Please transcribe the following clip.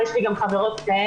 ויש לי גם חברות כאלה,